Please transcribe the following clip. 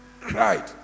Cried